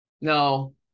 No